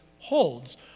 holds